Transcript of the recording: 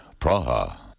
Praha